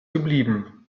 geblieben